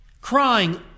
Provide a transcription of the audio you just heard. crying